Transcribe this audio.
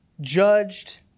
judged